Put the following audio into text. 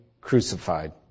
crucified